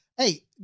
Hey